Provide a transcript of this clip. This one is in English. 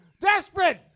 Desperate